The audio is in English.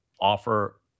offer